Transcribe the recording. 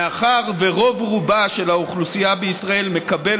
מאחר שרוב-רובה של האוכלוסייה בישראל מקבלים